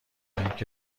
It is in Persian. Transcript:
اینکه